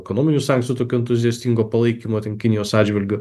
ekonominių sankcijų tokio entuziastingo palaikymo ten kinijos atžvilgiu